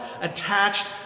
attached